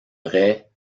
raie